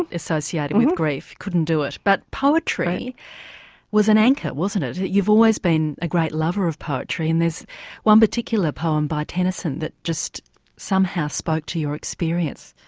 associated with grief couldn't do it. but poetry was an anchor wasn't it, you've always been a great lover of poetry and there's one particular poem by tennyson that just somehow spoke to your experience.